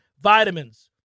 Vitamins